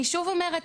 אני שוב אומרת,